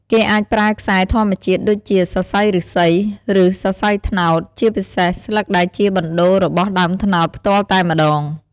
គេអាចប្រើខ្សែធម្មជាតិដូចជា សរសៃឫស្សី ឬសរសៃត្នោត ជាពិសេសស្លឹកដែលជាបណ្តូររបស់ដើមត្នោតផ្ទាល់តែម្តង។